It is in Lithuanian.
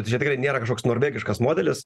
tai čia tikrai nėra kažkoks norvegiškas modelis